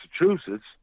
Massachusetts